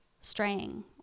straying